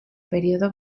periodo